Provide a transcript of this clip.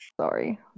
Sorry